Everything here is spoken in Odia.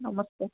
ନମସ୍କାର